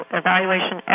evaluation